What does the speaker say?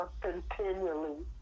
continually